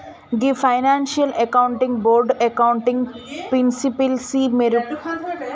గీ financial accounting board accounting ప్రిన్సిపిల్సి మెరుగు చెయ్యడం కోసం ఏర్పాటయింది